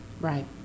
Right